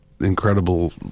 incredible